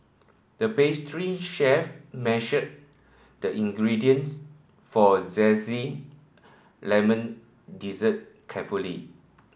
the pastry chef measured the ingredients for a zesty lemon dessert carefully